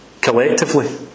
Collectively